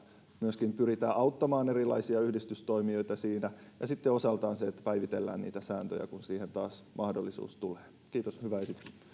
myöskin pyritään auttamaan erilaisia yhdistystoimijoita siinä ja sitten osaltaan se että päivitellään niitä sääntöjä kun siihen taas mahdollisuus tulee kiitos hyvä